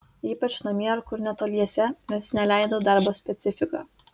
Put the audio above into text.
ypač namie ar kur netoliese nes neleido darbo specifika